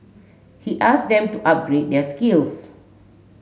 he asked them to upgrade their skills